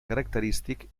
característic